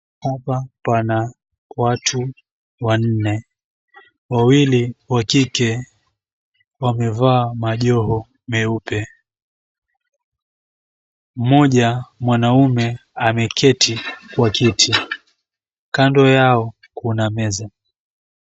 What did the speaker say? Hapa pana watu wanne. Wawili wa kike wamevaa majoho meupe. Mmoja mwanaume ameketi kwa kiti. Kando yao kuna meza.